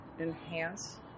enhance